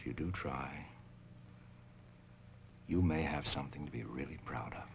if you do try you may have something to be really